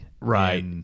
Right